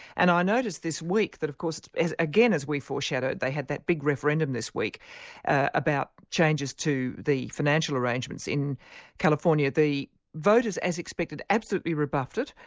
and i noticed this week that of course again as we foreshadowed, they had that big referendum this week about changes to the financial arrangements in california. the voters, as expected, absolutely rebuffed it.